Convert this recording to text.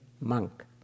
monk